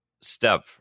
step